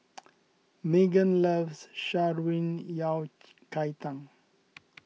Meggan loves Sha Ruin Yao Cai Tang